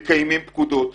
מקיימים פקודות.